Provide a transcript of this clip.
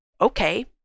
okay